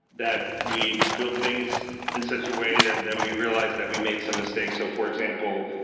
that we build things in such a way that then we realize that we made some mistakes. so, for example,